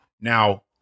now